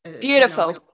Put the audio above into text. Beautiful